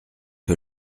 que